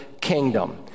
kingdom